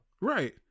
Right